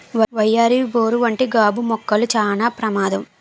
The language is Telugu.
వయ్యారి బోరు వంటి గాబు మొక్కలు చానా ప్రమాదం